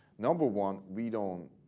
number one, we don't